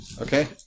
Okay